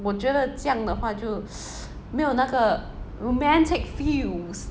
我觉得这样的话就没有那个 romantic feels